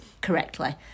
correctly